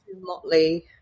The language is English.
Motley